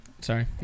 sorry